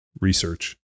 research